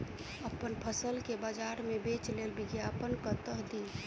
अप्पन फसल केँ बजार मे बेच लेल विज्ञापन कतह दी?